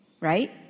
right